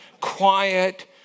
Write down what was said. quiet